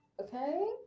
Okay